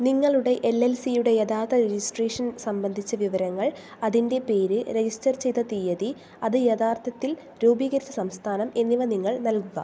നിങ്ങളുടെ L L സിയുടെ യഥാർത്ഥ രജിസ്ട്രേഷൻ സംബന്ധിച്ച വിവരങ്ങൾ അതിൻ്റെ പേര് രജിസ്റ്റർ ചെയ്ത തീയതി അത് യഥാർത്ഥത്തിൽ രൂപീകരിച്ച സംസ്ഥാനം എന്നിവ നിങ്ങൾ നൽകുക